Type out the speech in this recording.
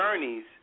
journeys